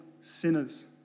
sinners